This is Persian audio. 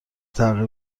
تغییر